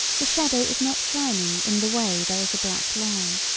the shadow is not shining in the way there is a black line.